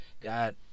God